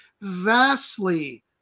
vastly